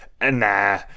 nah